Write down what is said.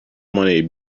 money